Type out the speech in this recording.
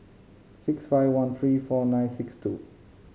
six five one three four nine six two